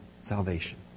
salvation